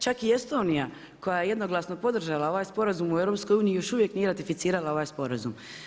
Čak i Estonija koja je jednoglasno podržala ovaj sporazum u EU još uvijek nije ratificirala ovaj sporazum.